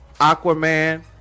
Aquaman